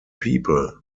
people